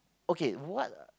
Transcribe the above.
okay what